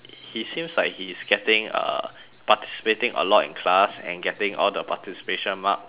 he seems like he is getting uh participating a lot in class and getting all the participation marks